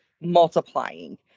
multiplying